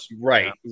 Right